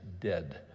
dead